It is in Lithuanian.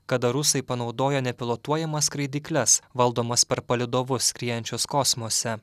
kada rusai panaudojo nepilotuojamas skraidykles valdomas per palydovus skriejančius kosmose